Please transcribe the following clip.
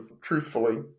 truthfully